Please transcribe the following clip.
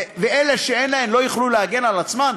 ואלה שאין להם לא יוכלו להגן על עצמם?